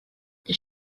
did